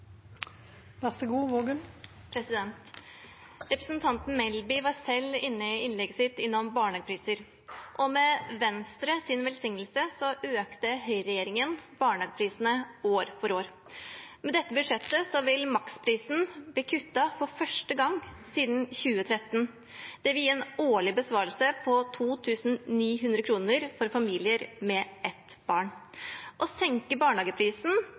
med Venstres velsignelse økte høyreregjeringen barnehageprisene år for år. Med dette budsjettet vil maksprisen bli kuttet for første gang siden 2013. Det vil gi en årlig besparelse på 2 900 kr for familier med ett barn. Å senke barnehageprisen